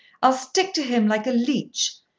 i'll stick to him like a leech.